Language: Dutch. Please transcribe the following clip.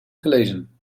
gelezen